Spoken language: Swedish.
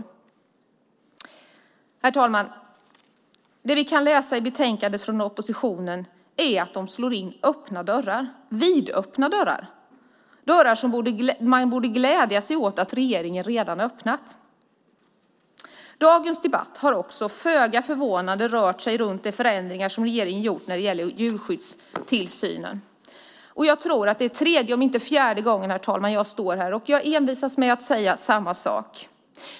Herr talman! I betänkandet slår oppositionen in vidöppna dörrar - dörrar som man borde glädja sig åt att regeringen redan har öppnat. Dagens debatt har också föga förvånande rört sig runt de förändringar som regeringen gjort när det gäller djurskyddstillsynen. Jag tror att det är tredje eller fjärde gången som jag står här, och jag envisas med att säga samma sak.